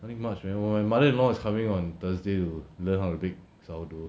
nothing much but my mother-in-law is coming on thursday to learn how to bake sourdough